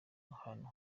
ahantu